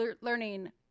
learning